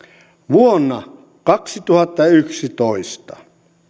vuonna kaksituhattayksitoista